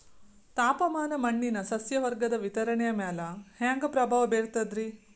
ತಾಪಮಾನ ಮಣ್ಣಿನ ಸಸ್ಯವರ್ಗದ ವಿತರಣೆಯ ಮ್ಯಾಲ ಹ್ಯಾಂಗ ಪ್ರಭಾವ ಬೇರ್ತದ್ರಿ?